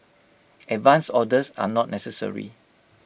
advance orders are not necessary